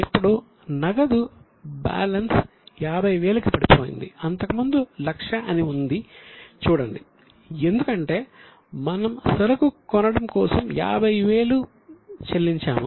ఇప్పుడు నగదు బ్యాలెన్స్ 50000 కి పడిపోయింది ఇంతకుముందు 100000 అని ఉంది చూడండి ఎందుకంటే మనము సరుకు కొనడం కోసం 50000 చెల్లించాము